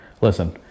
Listen